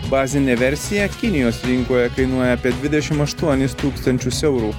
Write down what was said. bazinė versija kinijos rinkoje kainuoja apie dvidešim aštuonis tūkstančius eurų